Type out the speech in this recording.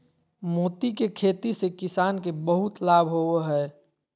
मोती के खेती से किसान के बहुत लाभ होवो हय